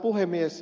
puhemies